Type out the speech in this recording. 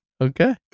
Okay